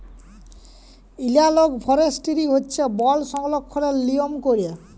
এলালগ forestry হছে বল সংরক্ষলের লিয়ম ক্যইরে